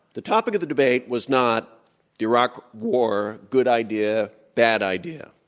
the topic of the debate was not, the iraq war good idea, bad idea?